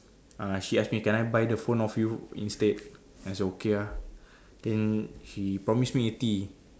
uh she ask me can I buy the phone off you instead then I say okay ah then she promise me eighty